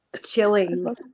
chilling